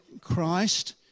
Christ